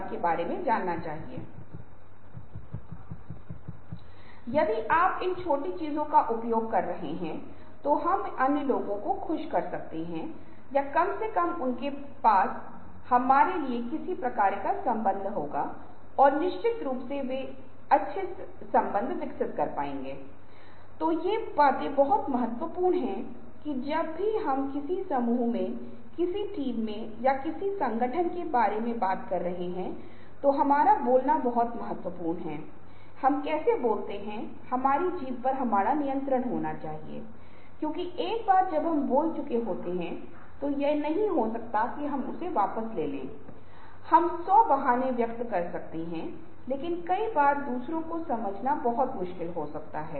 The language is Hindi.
अच्छे नियोजक अपना नियोजित कार्य करते हुए समय का प्रबंधन करने में कमजोर हो सकते हैं इसलिए समय का आकलन करने से समय को नियंत्रित करने और तनाव से बचने का एक साधन हो सकता है क्योंकि वे कार्य को पूरा करने के लिए पर्याप्त समय देते हैं हालाँकि आप उन लोगों को पाएंगे जो रचनात्मक हैं उनके लिए नौकरी पर एक समय प्रस्तुत करना बहुत मुश्किल है क्योंकि रचनात्मकता एक नौकरी नहीं हो सकती है जो एक सख्त समय के भीतर पूरा हो सकती है यह तब हो सकता है जब आप एक नया उत्पाद विकसित कर रहे हों तो 3 साल या 4 साल या 5 साल लग सकते हैं